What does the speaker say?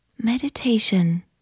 meditation